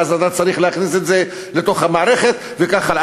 ואז אתה צריך להכניס את זה לתוך המערכת וכך הלאה.